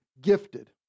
gifted